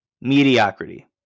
Mediocrity